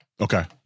Okay